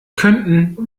könnten